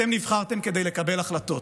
אתם נבחרתם כדי לקבל החלטות.